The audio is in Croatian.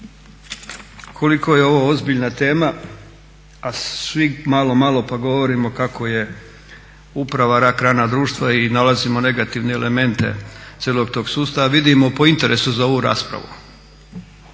Koliko je ovo ozbiljna tema a svi malo malo pa govorimo kako je uprava rak rana društva i nalazimo negativne elemente cijelog tog sustava vidimo po interesu za ovu raspravu.